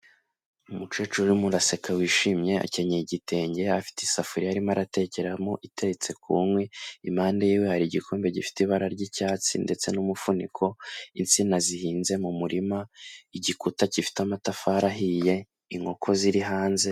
Umukecuru urimo uraseka wishimye akenyeye igitenge, afite isafuriya arimo aratekeramo iteretse ku nkwi, impande yiwe hari igikombe gifite ibara ry'icyatsi ndetse n'umufuniko, insina zihinze mu murima, igikuta gifite amatafari ahiye, inkoko ziri hanze,...